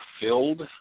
filled